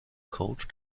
coach